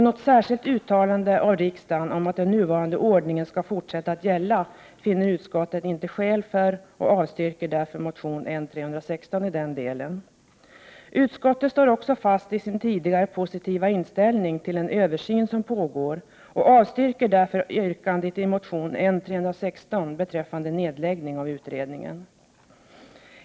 Något särskilt uttalande av riksdagen om att den nuvarande ordningen skall fortsätta att gälla finner utskottet inte skäl för, och avstyrker därför motion N316 i den delen. Utskottet står också fast vid sin tidigare positiva inställning till den översyn som pågår och avstyrker därför yrkandet i motion N316 beträffande nedläggning av utredningen.